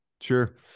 Sure